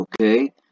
okay